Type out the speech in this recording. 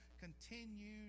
continued